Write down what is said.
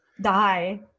die